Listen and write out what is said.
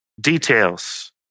details